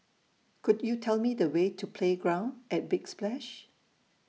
Could YOU Tell Me The Way to Playground At Big Splash